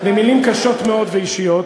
במילים קשות מאוד ואישיות,